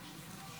סעיפים 1 5